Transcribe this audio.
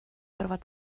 gorfod